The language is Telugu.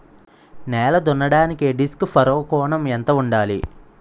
నేల దున్నడానికి డిస్క్ ఫర్రో కోణం ఎంత ఉండాలి?